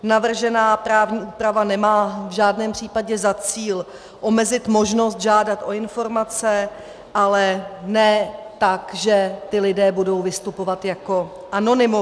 Navržená právní úprava nemá v žádném případě za cíl omezit možnost žádat o informace, ale ne tak, že ti lidé budou vystupovat jako anonymové.